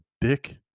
dick